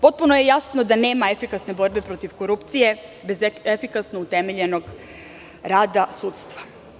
Potpuno je jasno da nema efikasne borbe protiv korupcije bez efikasnog utemeljenog rada sudstva.